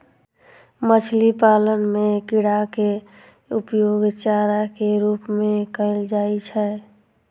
मछली पालन मे कीड़ाक उपयोग चारा के रूप मे कैल जाइ छै